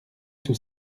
tout